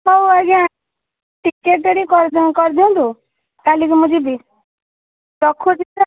ହଉ ଆଜ୍ଞା ଟିକେଟ୍ଟା ଟିକେ କରିଦିଅନ୍ତୁ କାଲିକୁ ମୁଁ ଯିବି ରଖୁଛି ସାର୍